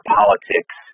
politics